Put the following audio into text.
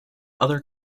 other